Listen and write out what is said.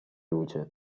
luce